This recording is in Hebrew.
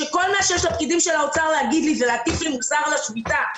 שכל מה שיש לפקידים של האוצר להגיד לי זה להטיף לי מוסר על השביתה,